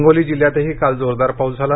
हिंगोली जिल्ह्यातही काल जोरदार पाऊस झाला